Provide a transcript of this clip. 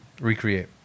recreate